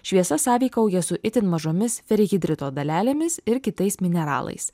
šviesa sąveikauja su itin mažomis ferihidrito dalelėmis ir kitais mineralais